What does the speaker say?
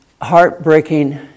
heartbreaking